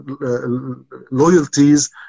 loyalties